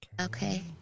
okay